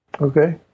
Okay